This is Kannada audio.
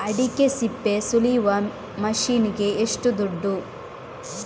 ಅಡಿಕೆ ಸಿಪ್ಪೆ ಸುಲಿಯುವ ಮಷೀನ್ ಗೆ ಏಷ್ಟು ದುಡ್ಡು?